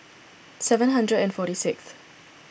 seven hundred and forty sixth